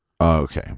Okay